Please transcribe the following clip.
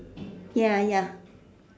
ya ya